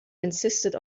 insisted